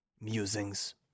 musings